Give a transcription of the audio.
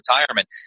retirement